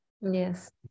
yes